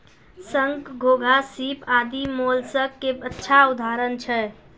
शंख, घोंघा, सीप आदि मोलस्क के अच्छा उदाहरण छै